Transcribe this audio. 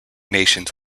nations